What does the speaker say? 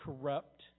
corrupt